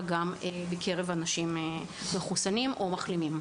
גם בקרב אנשים מחוסנים או מחלימים.